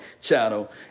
channel